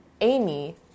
Amy